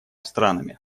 странами